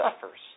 suffers